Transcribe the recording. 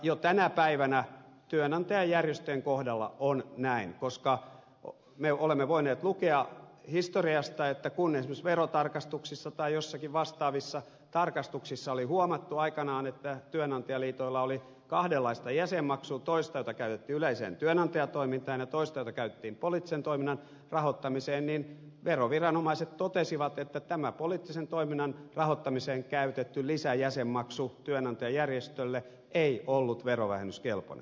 jo tänä päivänä työnantajajärjestöjen kohdalla on näin koska me olemme voineet lukea historiasta että kun esimerkiksi verotarkastuksissa tai joissakin vastaavissa tarkastuksissa oli huomattu aikanaan että työnantajaliitoilla oli kahdenlaista jäsenmaksua toista jota käytettiin yleiseen työnantajatoimintaan ja toista jota käytettiin poliittisen toiminnan rahoittamiseen niin veroviranomaiset totesivat että tämä poliittisen toiminnan rahoittamiseen käytetty lisäjäsenmaksu työnantajajärjestölle ei ollut verovähennyskelpoinen